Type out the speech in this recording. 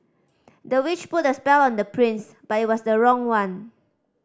the witch put a spell on the prince but it was the wrong one